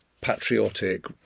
patriotic